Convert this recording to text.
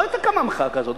לא היתה קמה מחאה כזאת.